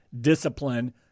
discipline